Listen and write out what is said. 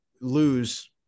lose